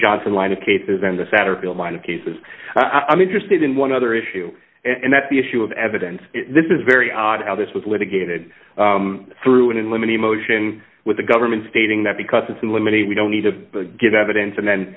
johnson line of cases and the satterfield one cases i'm interested in one other issue and that's the issue of evidence this is very odd how this was litigated through an unlimited motion with the government stating that because it's a limited we don't need to give evidence and then